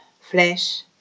flesh